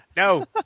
No